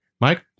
Mike